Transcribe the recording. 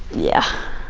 yeah,